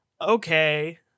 Okay